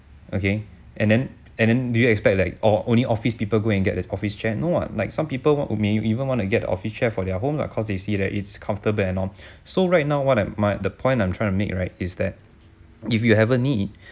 okay and then and then do you expect like or only office people go and get the office chair no what like some people what would may even want to get a office chair for their home lah cause they see that it's comfortable and all so right now what I'm my the point I'm trying to make right is that if you have a need